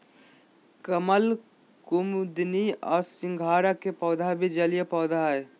कमल, कुमुदिनी और सिंघाड़ा के पौधा भी जलीय पौधा हइ